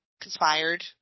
conspired